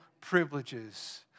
privileges